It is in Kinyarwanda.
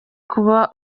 kuba